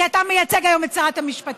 כי אתה מייצג היום את שרת המשפטים,